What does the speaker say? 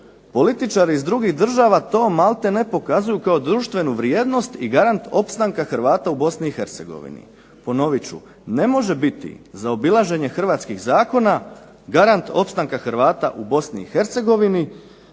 političari iz drugih država to maltene pokazuju kao društvenu vrijednost i garant opstanka Hrvata u Bosni i Hercegovini. Ponovit ću, ne može biti zaobilaženje hrvatskih zakona garant opstanka Hrvata u Bosni